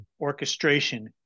orchestration